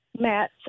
Matt